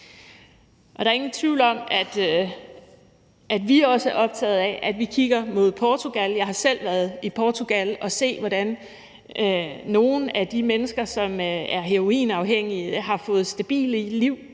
Der er ingen tvivl om, at vi i SF også er optaget af, at vi kigger mod Portugal. Jeg har selv været i Portugal og set, hvordan nogle af de mennesker, som er heroinafhængige, har fået stabile liv